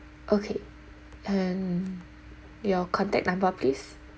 okay and your contact number please